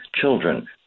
children